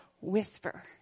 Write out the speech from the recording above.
whisper